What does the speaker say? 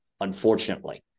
Unfortunately